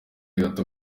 gato